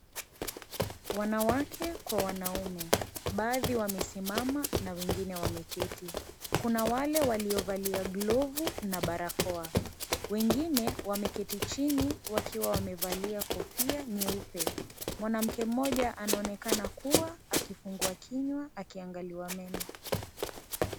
Wanawake kwa wanaume. Baadhi wamesimama na wengine wameketi. Kuna wale waliovalia glovu na barakoa. Wengine, wameketi chini wakiwa wamevalia kofia nyeupe. Mwanamke mmoja, anaonekana kuwa akifungua kinywa akiangaliwa meno.